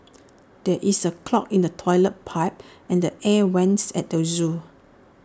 there is A clog in the Toilet Pipe and the air Vents at the Zoo